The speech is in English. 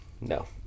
No